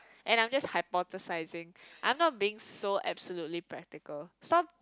and I'm just hypothesizing I'm not being so absolutely practical stop